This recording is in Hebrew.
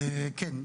כן.